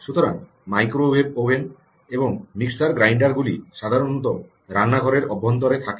সুতরাং microwave oven এবং mixer grinder গুলি সাধারণতঃ রান্নাঘরের অভ্যন্তরে থাকে